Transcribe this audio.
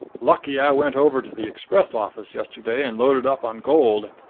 lucky i went over to the express office yesterday and loaded up on gold.